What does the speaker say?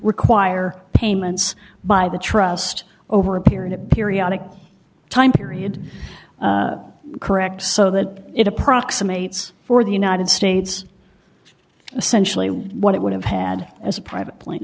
require payments by the trust over a period of periodic time period correct so that it approximates for the united states essentially what it would have had as a private plan